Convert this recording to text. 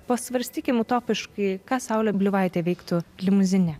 pasvarstykim utopiškai ka saulė bliuvaitė vyktų limuzine